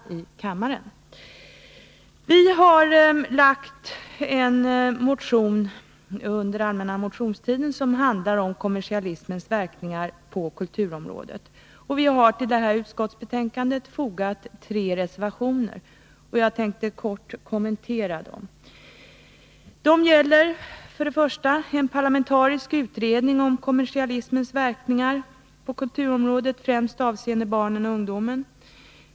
Vi från vpk har under den allmänna motionstiden väckt en motion som handlar om kommersialismens verkningar på kulturområdet. Till det utskottsbetänkande som nu behandlas har vi fogat tre reservationer som jag något skall kommentera. Det gäller för det första en parlamentarisk utredning om kommersialismens verkningar på kulturområdet främst avseende barnen och ungdomen.